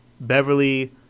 Beverly